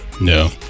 No